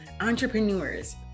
entrepreneurs